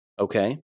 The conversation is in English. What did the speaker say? okay